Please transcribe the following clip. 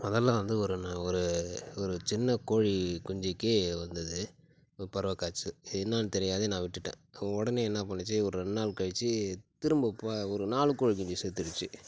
முதல்ல வந்து ஒரு நான் ஒரு ஒரு சின்னக் கோழி குஞ்சிக்கு வந்தது ஒரு பறவை காய்ச்சல் அது என்னென்னு தெரியாதே நான் விட்டுட்டேன் உடனே என்னா பண்ணுச்சு ஒரு ரெண்டு நாலு கழிச்சு திரும்ப ப ஒரு நாலு கோழி குஞ்சு செத்துருச்சு